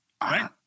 Right